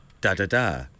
da-da-da